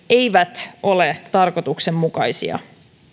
eivät ole tarkoituksenmukaisia